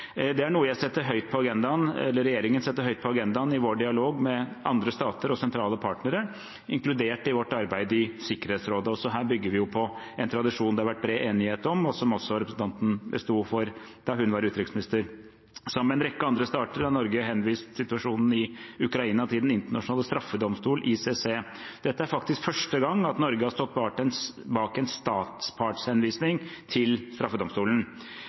Det er noe denne regjeringen setter høyt på agendaen i vår dialog med andre stater og sentrale partnere, inkludert i vårt arbeid i Sikkerhetsrådet. Også her bygger vi jo på en tradisjon det har vært bred enighet om, og som også representanten sto for da hun var utenriksminister. Sammen med en rekke andre stater har Norge henvist situasjonen i Ukraina til Den internasjonale straffedomstolen, ICC. Dette er faktisk første gang at Norge har stått bak en statspartshenvisning til straffedomstolen. Henvisningen av situasjonen i Ukraina er en